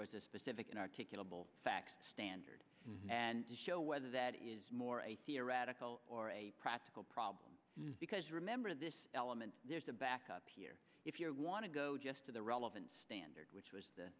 was a specific and articulable facts standard and show whether that is more a theoretical or a practical problem is because remember this element there's a backup here if you want to go just to the relevant standard which was the